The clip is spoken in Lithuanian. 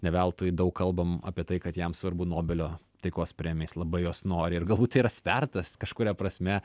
ne veltui daug kalbam apie tai kad jam svarbu nobelio taikos premija jis labai jos nori ir galbūt tai yra svertas kažkuria prasme